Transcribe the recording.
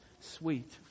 sweet